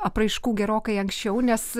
apraiškų gerokai anksčiau nes